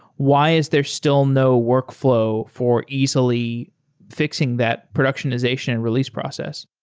why is there still no workflow for easily fixing that productionization and release process?